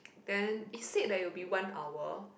then it said that it will be one hour